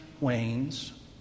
wanes